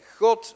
God